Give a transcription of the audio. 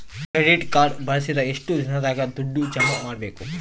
Credit card ಬಳಸಿದ ಎಷ್ಟು ದಿನದಾಗ ದುಡ್ಡು ಜಮಾ ಮಾಡ್ಬೇಕು?